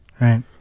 Right